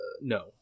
no